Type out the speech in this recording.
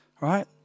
Right